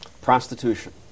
Prostitution